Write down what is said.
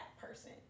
person